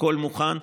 הכול מוכן.